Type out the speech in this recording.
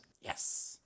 Yes